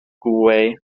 gweu